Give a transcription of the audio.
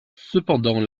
cependant